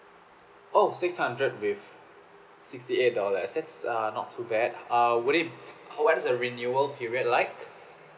oh six hundred with sixty eight dollars that's uh not too bad uh would it how what's the renewal period like